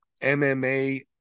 MMA